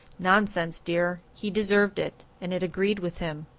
nonsense, dear, he deserved it. and it agreed with him.